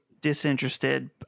Disinterested